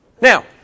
Now